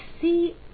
see